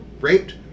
raped